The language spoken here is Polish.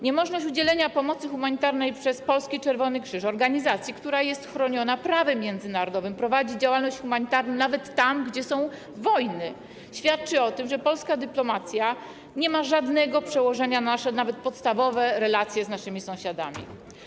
Niemożność udzielenia pomocy humanitarnej przez Polski Czerwony Krzyż - organizację, która jest chroniona prawem międzynarodowym i prowadzi działalność humanitarną nawet tam, gdzie są wojny - świadczy o tym, że polska dyplomacja nie ma żadnego przełożenia nawet na podstawowe relacje z naszymi sąsiadami.